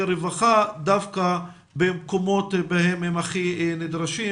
רווחה דווקא במקומות בהם הם הכי נדרשים,